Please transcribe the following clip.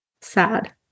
Sad